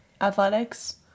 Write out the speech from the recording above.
athletics